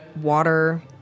water